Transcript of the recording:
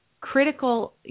critical